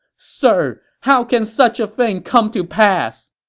sir, how can such a thing come to pass!